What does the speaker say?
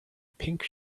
pink